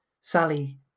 Sally